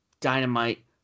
Dynamite